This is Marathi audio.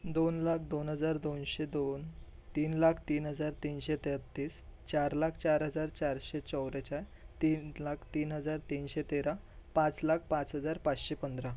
दोन लाख दोन हजार दोनशे दोन तीन लाख तीन हजार तीनशे तेहतीस चार लाख चार हजार चारशे चव्वेचाळीस तीन लाख तीन हजार तीनशे तेरा पाच लाख पाच हजार पाचशे पंधरा